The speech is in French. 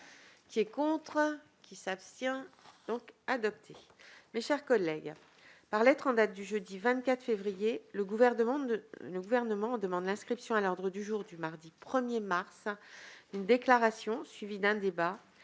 le contexte lié à l'épidémie de covid-19. Mes chers collègues, par lettre en date du jeudi 24 février, le Gouvernement demande l'inscription à l'ordre du jour du mardi 1 mars d'une déclaration, suivie d'un débat,